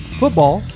football